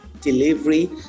delivery